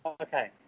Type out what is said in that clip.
Okay